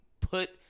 put